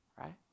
Right